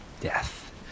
death